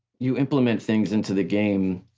you implement things into the game,